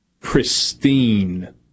pristine